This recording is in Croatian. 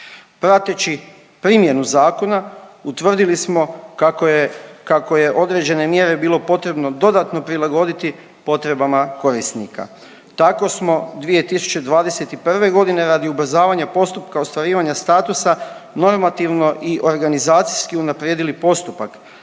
Prateći primjenu zakona utvrdili smo kako je, kako je određene mjere bilo potrebno dodatno prilagoditi potrebama korisnika. Tako smo 2021.g. radi ubrzavanja postupka ostvarivanja statusa normativno i organizacijski unaprijedili postupak,